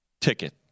ticket